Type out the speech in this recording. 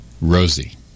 Rosie